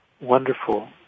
wonderful